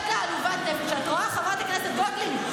מה זה, את רואה, חברת הכנסת גוטליב?